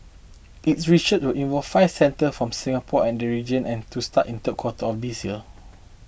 its research will involve five centres from Singapore and region and to start in third quarter of this year